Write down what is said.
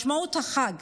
משמעות החג